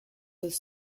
with